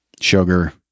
sugar